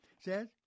says